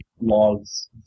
logs